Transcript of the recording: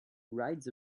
rides